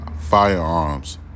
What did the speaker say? firearms